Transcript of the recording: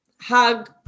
hug